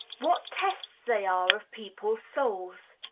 what tests they are of people's souls!